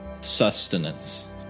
sustenance